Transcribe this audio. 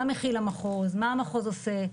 מה המחוז עושה,